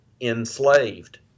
enslaved